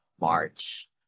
March